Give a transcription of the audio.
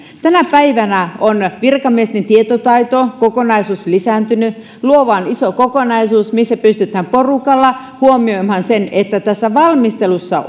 tänä päivänä on virkamiesten tietotaito lisääntynyt luova on iso kokonaisuus missä pystytään porukalla huomioimaan se että tässä valmistelussa